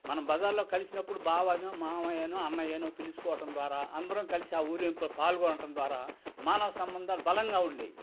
మనం బజార్లో కలిసినప్పుడు బావ అనో మావయ్య అనో అన్నయ్య అనో పిలుచుకోవడం ద్వారా అందరం కలిసి ఆ ఊరేగింపులో పాల్గొనడం ద్వారా మానవ సంబంధాలు బలంగా ఉండేవి